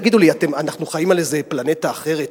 תגידו לי, אנחנו חיים על איזו פלנטה אחרת?